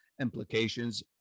implications